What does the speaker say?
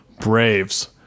Braves